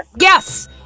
Yes